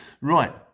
Right